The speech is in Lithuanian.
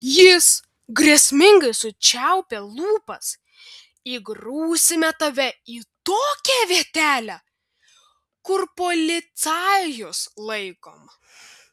jis grėsmingai sučiaupė lūpas įgrūsime tave į tokią vietelę kur policajus laikom